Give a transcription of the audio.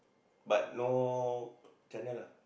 but no channel ah